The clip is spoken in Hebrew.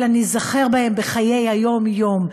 אלא ניזכר בהם בחיי היום-יום.